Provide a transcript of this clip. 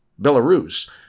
Belarus